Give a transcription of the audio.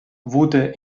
wurde